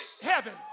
heaven